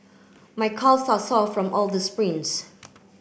my calves are sore from all the sprints